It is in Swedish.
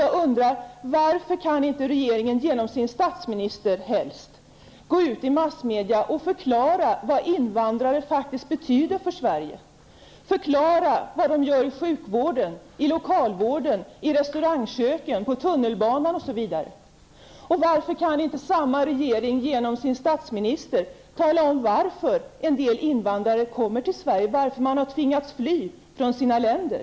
Jag undrar varför inte regeringen, genom sin statsminister helst, kan gå ut i massmedia och förklara vad invandrare faktiskt betyder för Sverige, vad de gör i sjukvården, i lokalvården, i restaurangköken, på tunnelbanan osv. Varför kan inte samma regering, genom sin statsminister, tala om varför en del invandrare kommer till Sverige och varför man har tvingats fly från sina länder?